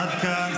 עד כאן.